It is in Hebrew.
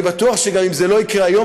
אני בטוח שגם אם זה לא יקרה היום,